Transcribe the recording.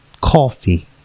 coffee